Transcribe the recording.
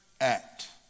act